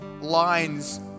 lines